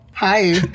Hi